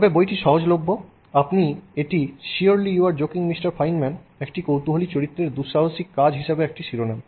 তবে বইটি সহজলভ্য আপনি এটি surely you are joking Mr Feynman একটি কৌতূহলী চরিত্রের দুসাহসিক কাজ হিসাবে একটি শিরোনাম